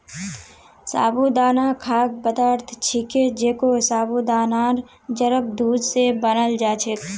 साबूदाना खाद्य पदार्थ छिके जेको साबूदानार जड़क दूध स बनाल जा छेक